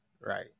right